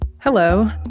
Hello